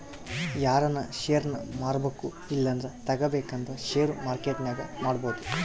ಯಾರನ ಷೇರ್ನ ಮಾರ್ಬಕು ಇಲ್ಲಂದ್ರ ತಗಬೇಕಂದ್ರ ಷೇರು ಮಾರ್ಕೆಟ್ನಾಗ ಮಾಡ್ಬೋದು